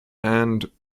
and